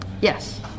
Yes